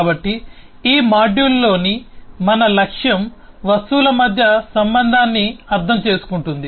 కాబట్టి ఈ మాడ్యూల్లోని మన లక్ష్యం వస్తువుల మధ్య సంబంధాన్ని అర్థం చేసుకుంటుంది